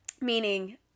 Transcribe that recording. meaning